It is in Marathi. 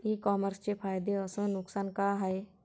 इ कामर्सचे फायदे अस नुकसान का हाये